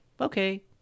okay